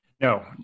no